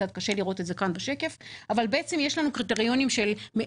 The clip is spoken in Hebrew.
קשה לראות את זה בשקף אבל בעצם יש לנו קריטריונים איך